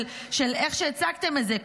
איך שהצגתם את זה,